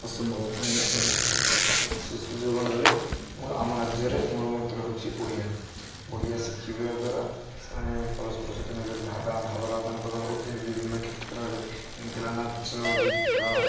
ଅସମ୍ଭବ କାହିଁ ନା ଏହା ଶିଶୁ ଜୀବନରେ ଆମ ରାଜ୍ୟରେ ମୂଳ ମନ୍ତ୍ର ହେଉଛି ଓଡ଼ିଆ ଓଡ଼ିଆ ଶିଖିବା ଦ୍ୱାରା ସେମାନେ ପରସ୍ପର ସହିତ ନିଜର ଭା ଭାବର ଆଦାନ ପ୍ରଦାନ କରୁଛନ୍ତି ବିଭିନ୍ନ କ୍ଷେତ୍ରରେ ଯେମିତି ଥିଲା ନାଚ ଗୀତ